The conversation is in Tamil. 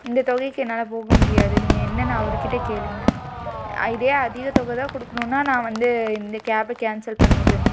இந்த தொகைக்கு என்னால் போக முடியாது நீங்கள் என்னென்னு அவர் கிட்டே கேளுங்க இதே அதிக தொகை தான் கொடுக்கணுன்னா நான் வந்து இந்த கேபை கேன்சல் பண்ணிடுறேங்க